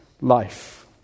life